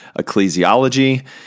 ecclesiology